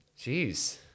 jeez